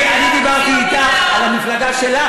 אני דיברתי אתך על המפלגה שלך,